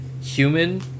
human